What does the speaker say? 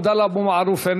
עבדאללה אבו מערוף,